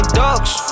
dogs